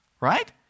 right